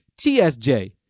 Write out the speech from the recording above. TSJ